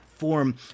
form